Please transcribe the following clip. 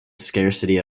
scarcity